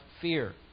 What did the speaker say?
fear